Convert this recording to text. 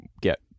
get